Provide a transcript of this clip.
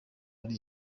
ari